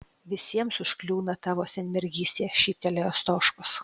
visiems užkliūna tavo senmergystė šyptelėjo stoškus